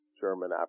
German